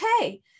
okay